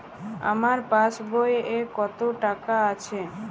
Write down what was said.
আমার পাসবই এ কত টাকা আছে?